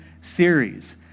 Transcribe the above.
series